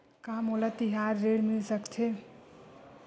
का मोला तिहार ऋण मिल सकथे?